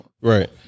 Right